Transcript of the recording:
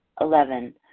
Eleven